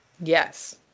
Yes